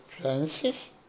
Francis